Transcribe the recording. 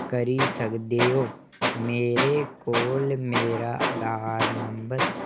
करी सकदे ओ मेरे कोल मेरा आधार नंबर